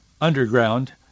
Underground